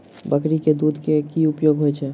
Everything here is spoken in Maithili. बकरी केँ दुध केँ की उपयोग होइ छै?